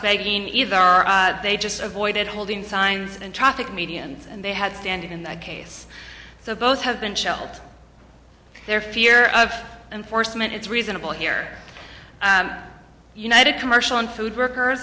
begging either are they just avoided holding signs and traffic medians and they had standing in that case so both have been shelved their fear of enforcement is reasonable here united commercial and food workers